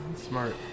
smart